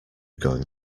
going